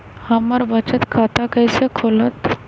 हमर बचत खाता कैसे खुलत?